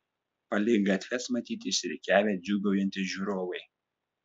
palei gatves matyti išsirikiavę džiūgaujantys žiūrovai